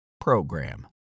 program